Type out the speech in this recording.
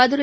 Madurai